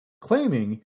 claiming